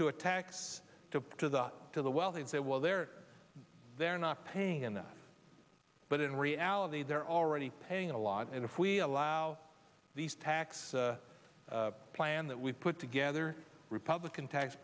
to to the to the wealthy and say well they're they're not paying enough but in reality they're already paying a lot and if we allow these tax plan that we put together republican tax